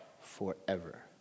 forever